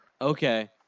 Okay